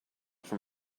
from